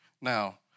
Now